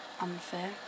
Unfair